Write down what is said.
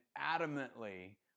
adamantly